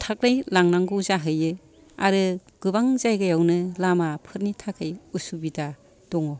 हथाथयै लांनांगौ जाहैयो आरो गोबां जायगायावनो लामाफोरनि थाखाय उसुबिदा दङ